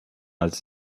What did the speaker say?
als